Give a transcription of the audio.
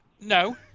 no